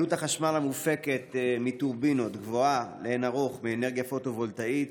עלות החשמל המופקת מהטורבינות גבוהה לאין ערוך משל אנרגיה פוטו-וולטאית.